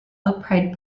upright